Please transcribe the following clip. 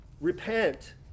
repent